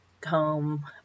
comb